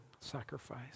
sacrifice